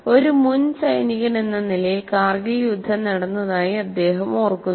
ഒരു മുൻ സൈനികനെന്ന നിലയിൽ കാർഗിൽ യുദ്ധം നടന്നതായി അദ്ദേഹം ഓർക്കുന്നു